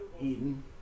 Eaton